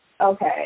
okay